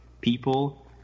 people